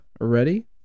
ready